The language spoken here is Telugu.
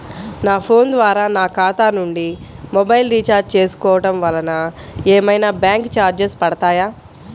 నా ఫోన్ ద్వారా నా ఖాతా నుండి మొబైల్ రీఛార్జ్ చేసుకోవటం వలన ఏమైనా బ్యాంకు చార్జెస్ పడతాయా?